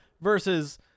versus